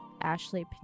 ashley